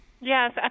Yes